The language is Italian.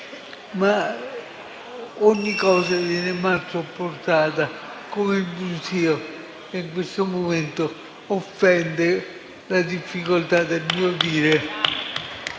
ma ogni cosa viene mal sopportata, come il brusio che in questo momento offende la difficoltà del mio dire.